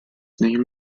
name